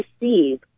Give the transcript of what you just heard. receive